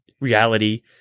reality